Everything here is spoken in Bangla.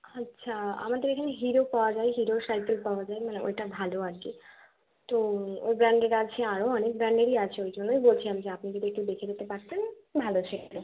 আচ্ছা আমাদের এখানে হিরো পাওয়া যায় হিরোর সাইকেল পাওয়া যায় মানে ওইটা ভালো আর কি তো ওই ব্র্যান্ডের আছে আরও অনেক ব্র্যান্ডেরই আছে ওই জন্যই বলছিলাম যে আপনি যদি একটু দেখে যেতে পারতেন ভালো ছিল